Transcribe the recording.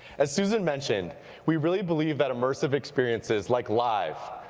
as susan mentioned we really believe that immersive experiences like live,